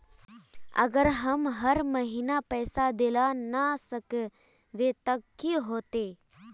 अगर हम हर महीना पैसा देल ला न सकवे तब की होते?